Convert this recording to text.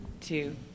two